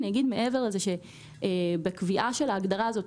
מעבר לזה אני אומר בקביעה של ההגדרה הזאת,